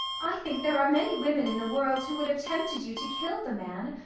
i think there are many women in the world who would have tempted you to kill the man.